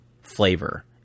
flavor